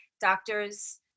doctors